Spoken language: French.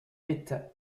est